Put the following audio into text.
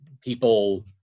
people